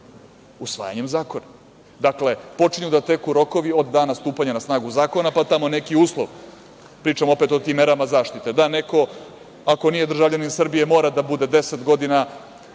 usvajanjem zakona. Dakle, počinju da teku rokovi od danas stupanja na snagu zakona, pa tamo neki uslov, pričamo opet o tim merama zaštite, da neko ako nije državljanin Srbije, mora da bude 10 godina